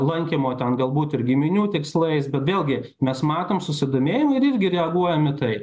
lankymo ten galbūt ir giminių tikslais bet vėlgi mes matom susidomėjomą ir irgi reaguojam į tai